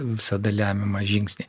visada lemiamą žingsnį